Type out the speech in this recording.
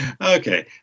okay